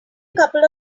couple